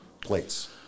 plates